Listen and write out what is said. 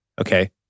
okay